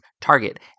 target